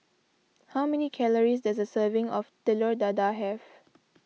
how many calories does a serving of Telur Dadah have